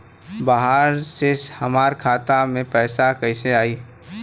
बाहर से हमरा खाता में पैसा कैसे आई?